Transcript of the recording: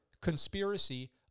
conspiracy